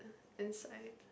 inside